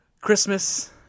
Christmas